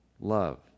love